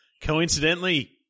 Coincidentally